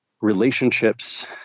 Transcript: relationships